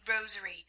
rosary